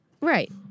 Right